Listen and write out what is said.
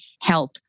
help